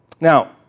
Now